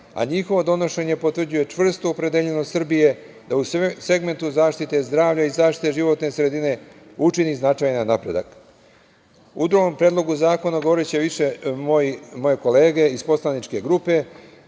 a njihovo donošenje potvrđuje čvrstu opredeljenost Srbije da u segmentu zaštite zdravlja i zaštite životne sredine učini značajan napredak.O drugom predlogu zakona govoriće više moje kolege iz poslaničke grupe.